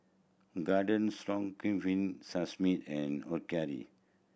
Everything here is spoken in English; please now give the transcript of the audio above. Garden Stroganoff Sashimi and